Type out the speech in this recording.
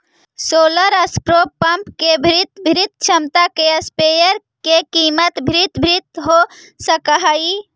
solar spray pump के भिन्न भिन्न क्षमता के स्प्रेयर के कीमत भिन्न भिन्न हो सकऽ हइ